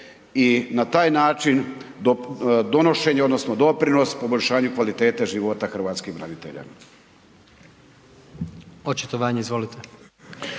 i na taj način donošenje odnosno doprinos poboljšanju kvalitete života hrvatskih branitelja.